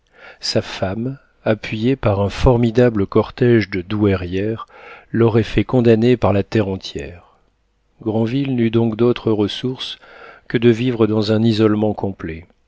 sa femme appuyée par un formidable cortége de douairières l'aurait fait condamner par la terre entière granville n'eut donc d'autre ressource que de vivre dans un isolement complet